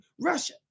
Russia